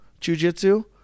jujitsu